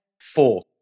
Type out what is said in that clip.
Four